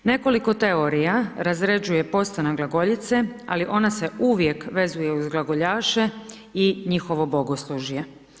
Nekoliko teorija razrađuje postojanje glagoljice ali ona se uvijek vezuje uz glagoljaše i njihovo bogoslužje.